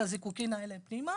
הזיקוקין האלה פנימה